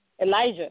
Elijah